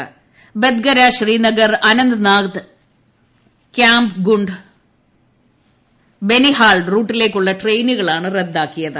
വെടിവെപ്പിൽ ബദ്ഗര ശ്രീനഗർഅനന്തനാഗ് ക്യാമ്പി ഗുണ്ട് ബനിഹാൾ റൂട്ടിലേക്കുള്ള ട്രെയിനുകളാണ് റദ്ദാക്കിയത്